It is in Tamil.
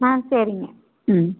ஆ சரிங்க ம்